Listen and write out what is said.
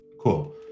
cool